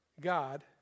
God